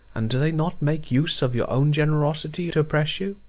and do they not make use of your own generosity to oppress you?